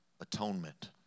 atonement